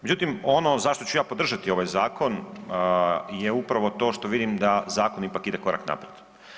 Međutim, ono za što ću ja podržati ovaj zakon je upravo to što vidim da zakon ipak ide korak naprijed.